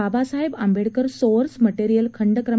Babasaheb Ambedkar sources मध्यियल खंड क्र